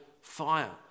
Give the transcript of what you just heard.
fire